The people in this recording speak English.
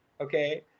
Okay